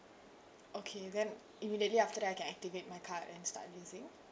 okay then immediately after that I can activate my card and start using